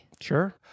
Sure